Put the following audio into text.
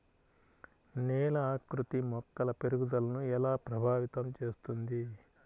నేల ఆకృతి మొక్కల పెరుగుదలను ఎలా ప్రభావితం చేస్తుంది?